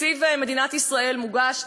תקציב מדינת ישראל מוגש,